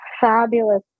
fabulous